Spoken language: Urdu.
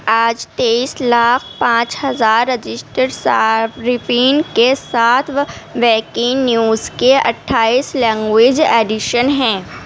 آج تیئیس لاکھ پانچ ہزار رجسٹرڈ صارفین کے ساتھو نیوز کے اٹھائیس لینگویج ایڈیشن ہیں